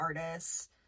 artists